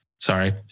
Sorry